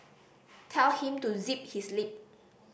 tell him to zip his lip